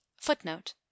Footnote